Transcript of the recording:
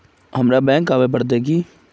हमरा बैंक आवे पड़ते की?